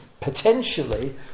potentially